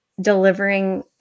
delivering